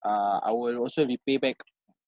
uh I will also repay back